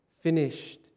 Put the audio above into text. finished